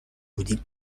بودیم